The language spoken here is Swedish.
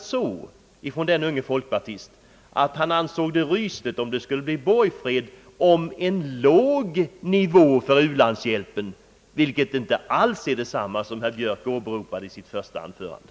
Men vad den unge folkpartisten sade var att han ansåg det rysligt om det skulle bli borgfred om en låg nivå för u-landshjälpen, vilket inte alls är detsamma som vad herr Björk åberopade i sitt första anförande.